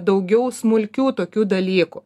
daugiau smulkių tokių dalykų